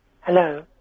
Hello